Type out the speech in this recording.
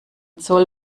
zoll